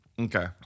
Okay